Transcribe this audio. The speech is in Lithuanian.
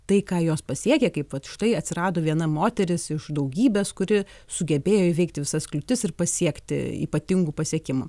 tai ką jos pasiekė kaip vat štai atsirado viena moteris iš daugybės kuri sugebėjo įveikti visas kliūtis ir pasiekti ypatingų pasiekimų